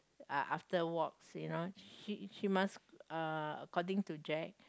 uh after walk you know she she must uh according to Jack